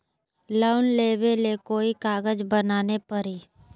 Loan लेबे ले कोई कागज बनाने परी?